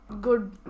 good